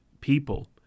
people